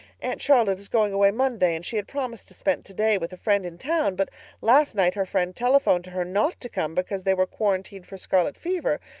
aunt charlotte is going away monday and she had promised to spend today with a friend in town. but last night her friend telephoned to her not to come because they were quarantined for scarlet fever.